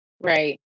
Right